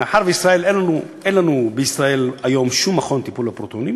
שמאחר שאין לנו בישראל היום מכון לטיפול בפרוטונים,